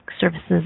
services